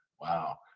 wow